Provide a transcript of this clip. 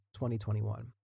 2021